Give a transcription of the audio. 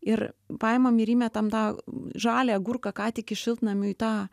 ir paimam ir įmetam tą žalią agurką ką tik iš šiltnamio į tą